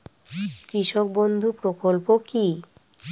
কৃষক বন্ধু প্রকল্প কি?